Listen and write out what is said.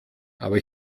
aber